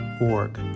org